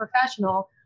professional